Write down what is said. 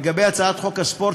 לגבי הצעת חוק הספורט,